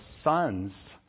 sons